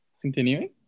Continuing